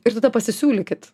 ir tada pasisiūlykit